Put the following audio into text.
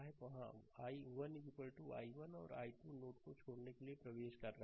तो हाँ 1 i1 और i2 नोड को छोड़ने के लिए प्रवेश कर रहा है